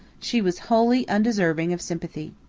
she was wholly undeserving of sympathy.